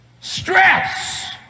stress